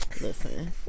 Listen